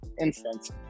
instance